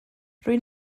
rwy